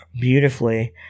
beautifully